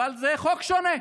אבל זה חוק שונה.